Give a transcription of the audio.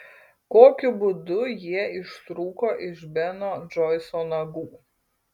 kokiu būdu jie ištrūko iš beno džoiso nagų